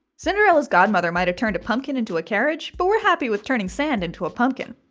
cinderella's godmother might have turned a pumpkin into a carriage, but we're happy with turning sand into a pumpkin.